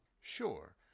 Sure